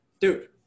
Dude